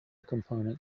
component